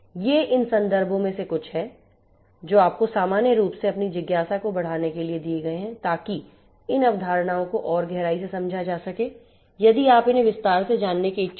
ये इन संदर्भों में से कुछ हैं जो आपको सामान्य रूप से अपनी जिज्ञासा को बढ़ाने के लिए दिए गए हैं ताकि इन अवधारणाओं को और गहराई से समझा जा सके यदि आप उन्हें विस्तार से जानने के इच्छुक हैं